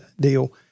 deal